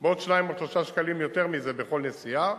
בעוד 2 או 3 שקלים יותר מזה בכל נסיעה,